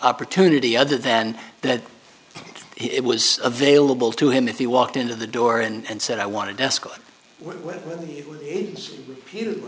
opportunity other than that it was available to him if he walked into the door and said i want to desk